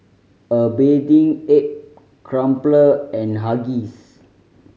A Bathing Ape Crumpler and Huggies